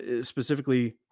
specifically